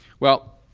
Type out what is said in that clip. well,